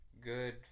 good